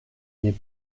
n’est